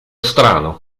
strano